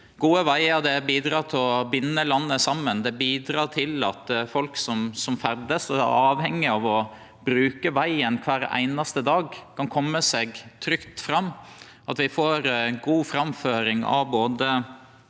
Gode vegar bidreg til å binde landet saman. Dei bidreg til at folk som ferdast og er avhengige av å bruke vegen kvar einaste dag, kan kome seg trygt fram, til at vi får god framføring av